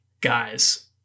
guys